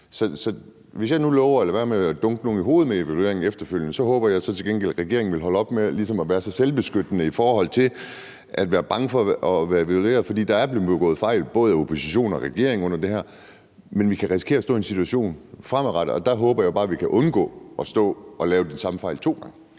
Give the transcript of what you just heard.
Så hvis jeg nu lover at lade være med at dunke nogen i hovedet med evalueringen efterfølgende, så håber jeg til gengæld, at regeringen vil holde op med at være så selvbeskyttende i forhold til at være bange for at evaluere. For der er nemlig blevet begået fejl af både opposition og regering under det her, og jeg håber bare, at vi, hvis vi fremadrettet kommer til at stå i sådan en situation, kan undgå at begå de samme fejl igen.